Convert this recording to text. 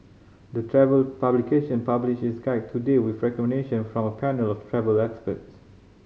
the travel publication published its guide today with recommendation from a panel of travel expert